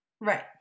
right